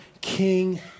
King